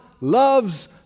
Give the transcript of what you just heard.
loves